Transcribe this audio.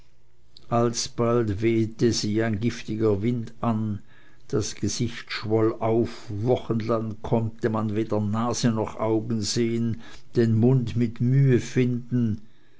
alsbald wehete ein giftiger wind sie an das gesicht schwoll auf wochenlang konnte man weder nase noch augen sehen den mund mit mühe finden